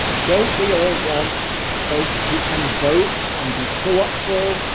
don't we all want folks who can vote and be thoughtful,